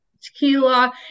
tequila